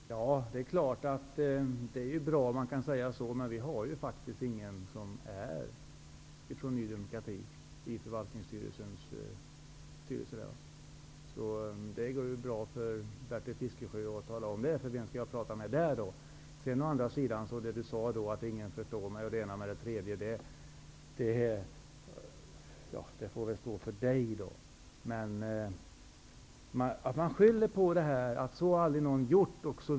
Herr talman! Det är klart att det är bra om man kunde säga så. Men vi i Ny demokrati har faktiskt ingen representant i förvaltningsstyrelsen. Det går lätt att säga som Bertil Fiskesjö gör, men vem skall jag tala med där? Det Bertil Fiskesjö bl.a. sade om att ingen förstår mig får stå för Bertil Fiskesjö. Men att skylla ifrån sig med att exempelvis säga: Så har aldrig någon gjort.